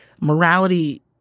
morality –